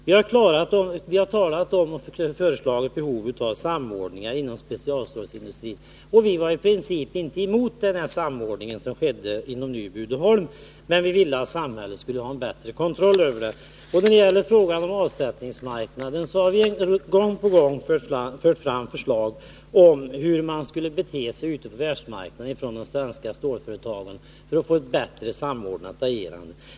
Vi har pekat på behovet av samordningar inom specialstålsindustrin och redovisat förslag i anslutning till det, och vi var i princip inte emot den samordning som skedde inom Nyby och Uddeholm, men vi ville att samhället skulle ha en bättre kontroll över den. Vad sedan gäller avsättningsmarknaden har vi gång på gång fört fram förslag om hur de svenska stålföretagen skulle bete sig ute på världsmarknaden för att få ett mera samordnat agerande.